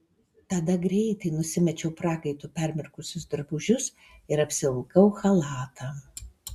tada greitai nusimečiau prakaitu permirkusius drabužius ir apsivilkau chalatą